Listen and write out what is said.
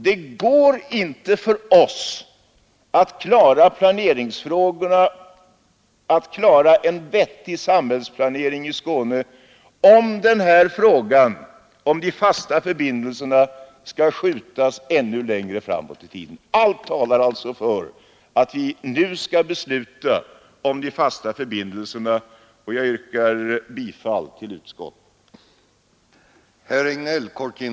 Det går inte för oss att klara en vettig samhällsplanering i Skåne om frågan om de fasta förbindelserna skall skjutas ännu längre framåt i tiden. Allt talar alltså för att vi nu skall besluta om de fasta förbindelserna, och jag yrkar bifall till utskottets hemställan.